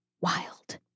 wild